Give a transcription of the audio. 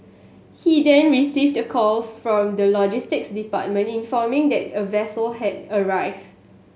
he then received a call from the logistics department informing that a vessel had arrived